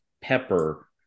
pepper